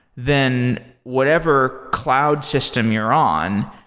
then whatever cloud system you're on,